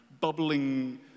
bubbling